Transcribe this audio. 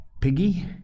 Piggy